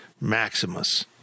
Maximus